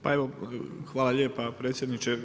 Pa evo hvala lijepa predsjedniče.